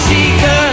Seeker